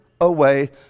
away